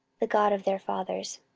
the god of their fathers.